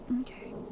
okay